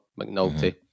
McNulty